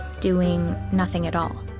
doing nothing at all.